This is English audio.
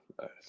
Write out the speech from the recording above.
Nice